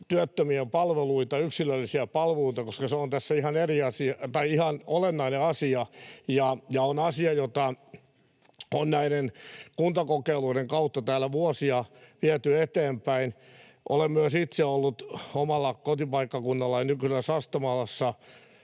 työttömien palveluita, yksilöllisiä palveluita, koska se on tässä ihan olennainen asia ja on asia, jota on näiden kuntakokeiluiden kautta täällä vuosia viety eteenpäin. Olen myös itse ollut omalla kotipaikkakunnallani, nykyisessä Sastamalassa,